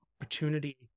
opportunity